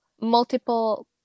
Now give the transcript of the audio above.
multiple